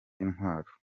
intwaro